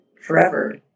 forever